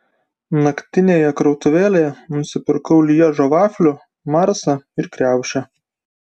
naktinėje krautuvėlėje nusipirkau lježo vaflių marsą ir kriaušę